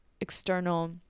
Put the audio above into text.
external